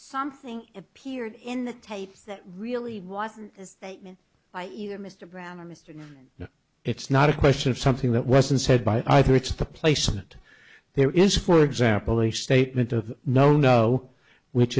something appeared in the tapes that really wasn't a statement by either mr brown or mr no it's not a question of something that wasn't said by either which the placement there is for example a statement of no no which